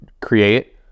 create